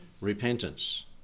repentance